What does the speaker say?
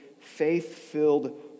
faith-filled